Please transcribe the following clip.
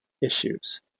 issues